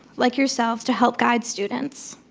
like yourselves, to help guide students.